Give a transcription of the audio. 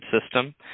system